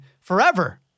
forever